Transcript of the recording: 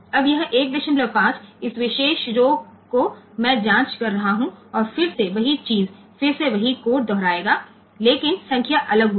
अब यह 15 इस विशेष रौ को मैं जाँच रहा हूँ और फिर से वही चीज़ फिर से वही कोड दोहराएगा लेकिन संख्या अलग होगी